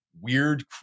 weird